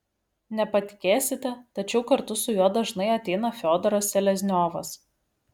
nepatikėsite tačiau kartu su juo dažnai ateina fiodoras selezniovas